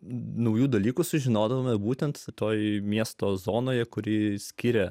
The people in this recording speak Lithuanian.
naujų dalykų sužinodavome būtent toje miesto zonoje kuri skiria